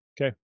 Okay